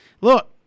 look